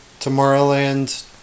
tomorrowland